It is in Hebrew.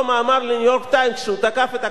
ל"ניו-יורק טיימס" כשהוא תקף את הקונגרס,